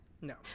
No